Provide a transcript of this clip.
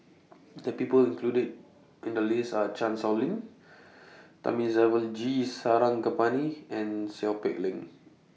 The People included in The list Are Chan Sow Lin Thamizhavel G Sarangapani and Seow Peck Leng